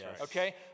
okay